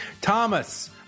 Thomas